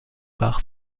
par